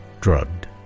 drugged